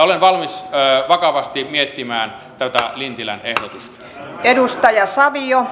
olen valmis vakavasti miettimään tätä lintilän ehdotusta